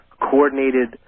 coordinated